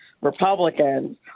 Republicans